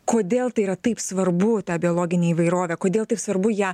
kodėl tai yra taip svarbu ta biologinė įvairovė kodėl taip svarbu ją